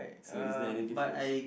so is there any difference